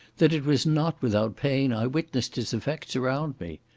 that it was not without pain i witnessed its effects around me.